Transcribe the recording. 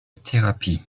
thérapie